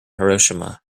hiroshima